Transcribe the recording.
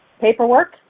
Paperwork